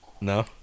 No